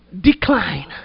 Decline